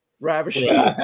Ravishing